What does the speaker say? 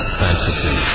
fantasy